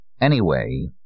Anyway